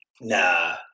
nah